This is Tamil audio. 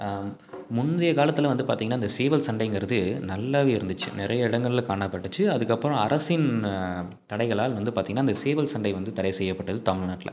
முந்தைய காலத்தில் வந்து பார்த்திங்கன்னா இந்த சேவல் சண்டைங்கிறது நல்லாவே இருந்துச்சி நிறைய இடங்களில் காணப்பட்டுச்சி அதுக்கு அப்புறம் அரசின் தடைகளால் வந்து பார்த்திங்கன்னா அந்த சேவல் சண்டை வந்து தடை செய்யப்பட்டது தமிழ்நாட்டில்